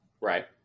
Right